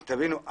תבינו,